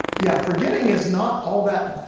yeah, forgetting is not all that,